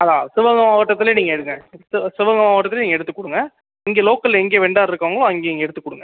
அதுதான் சிவகங்கை மாவட்டத்தில் நீங்கள் எடுங்கள் சிவ சிவகங்கை மாவட்டத்தில் நீங்கள் எடுத்துக் கொடுங்க இங்கே லோக்கலில் எங்கே வெண்டார் இருக்காங்களோ அங்கே நீங்கள் எடுத்துக் கொடுங்க